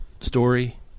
story